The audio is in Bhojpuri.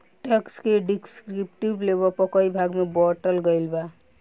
टैक्स के डिस्क्रिप्टिव लेबल पर कई भाग में बॉटल गईल बा